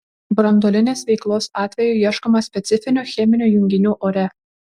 branduolinės veiklos atveju ieškoma specifinių cheminių junginių ore